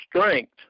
strength